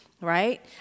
right